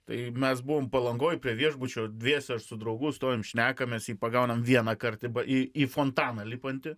tai mes buvom palangoj prie viešbučio dviese aš su draugu stovim šnekamės jį pagaunam vienąkart į į fontaną lipantį